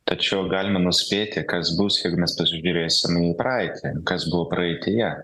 tačiau galima nuspėti kas bus jeigu mes pasižiūrėsim į praeitį kas buvo praeityje